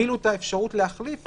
הגבילו את האפשרות להחליף,